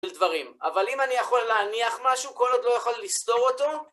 יש דברים, אבל אם אני יכול להניח משהו, כל עוד לא יכול לסתור אותו.